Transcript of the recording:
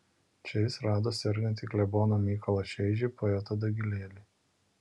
čia jis rado sergantį kleboną mykolą šeižį poetą dagilėlį